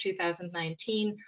2019